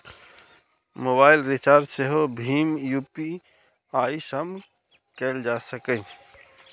mobile recharge सेहो भीम UPI सं कैल जा सकैए